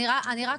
אני רק אומרת,